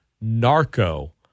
Narco